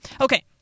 Okay